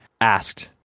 asked